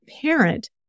parent